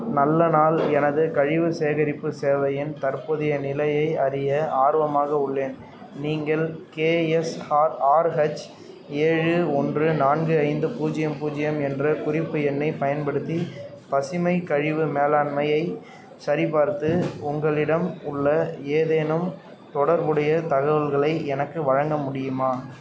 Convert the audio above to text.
நல்ல நாள் எனது கழிவு சேகரிப்பு சேவையின் தற்போதைய நிலையை அறிய ஆர்வமாக உள்ளேன் நீங்கள் K S R R H ஏழு ஒன்று நான்கு ஐந்து பூஜ்ஜியம் பூஜ்ஜியம் என்ற குறிப்பு எண்ணைப் பயன்படுத்தி பசுமை கழிவு மேலாண்மையை சரிபார்த்து உங்களிடம் உள்ள ஏதேனும் தொடர்புடைய தகவல்களை எனக்கு வழங்க முடியுமா